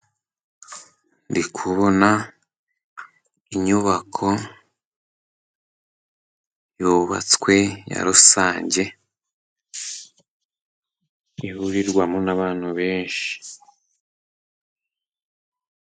Ndikubona inyubako yubatswe ya rusange, ihurirwamo n'abantu benshi.